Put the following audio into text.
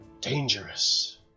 Dangerous